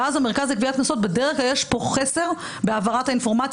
ואז בדרך כלל יש פה חסר בהעברת האינפורמציה